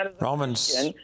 Romans